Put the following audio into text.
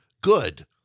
good